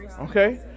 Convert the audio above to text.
Okay